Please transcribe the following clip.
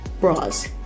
bras